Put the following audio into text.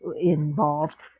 involved